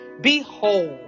Behold